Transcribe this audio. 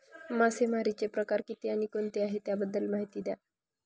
मासेमारी चे प्रकार किती आणि कोणते आहे त्याबद्दल महिती द्या?